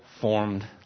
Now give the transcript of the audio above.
formed